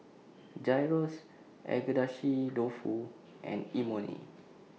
Gyros Agedashi Dofu and Imoni